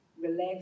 relax